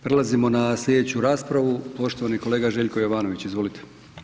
Prelazimo na slijedeću raspravu poštovani kolega Željko Jovanović, izvolite.